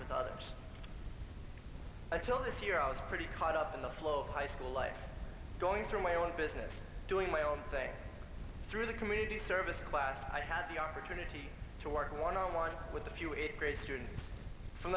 with until this year i was pretty caught up in the flow of high school life going through my own business doing my own thing through the community service class i had the opportunity to work one on one with a few it great students from